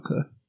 Okay